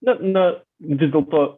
na na vis dėlto